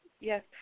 Yes